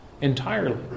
entirely